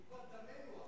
טיפת דמנו האחרונה.